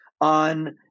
on